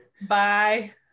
Bye